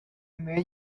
made